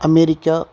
America